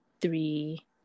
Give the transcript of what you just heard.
three